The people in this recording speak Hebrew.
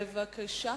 בבקשה.